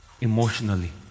emotionally